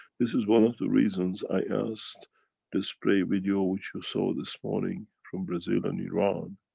this is one of the reasons i asked the spray video, which you saw this morning from brazil and iran,